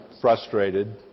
frustrated